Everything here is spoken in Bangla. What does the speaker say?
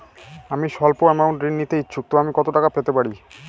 আমি সল্প আমৌন্ট ঋণ নিতে ইচ্ছুক তো আমি কত টাকা পেতে পারি?